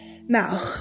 now